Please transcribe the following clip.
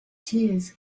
tears